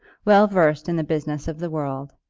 well versed in the business of the world,